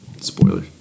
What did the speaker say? Spoiler